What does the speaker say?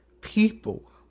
people